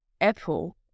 Apple